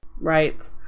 Right